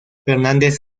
fernández